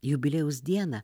jubiliejaus dieną